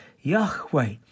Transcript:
Yahweh